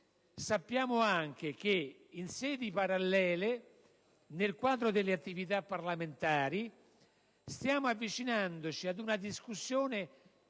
sappiamo anche che in sedi parallele, nel quadro delle attività parlamentari, stiamo avvicinandoci ad una discussione